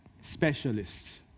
specialists